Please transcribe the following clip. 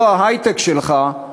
לא ההיי-טק שלך,